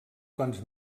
quants